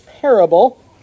parable